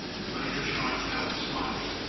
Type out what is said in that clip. which made her try to help smiling,